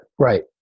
Right